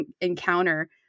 encounter